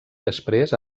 després